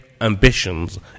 ambitions